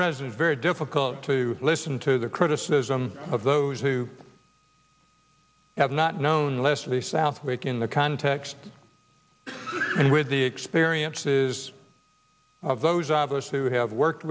president very difficult to listen to the criticism of those who have not known leslie southwick in the context and with the experiences of those of us who have worked